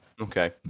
Okay